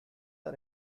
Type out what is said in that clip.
are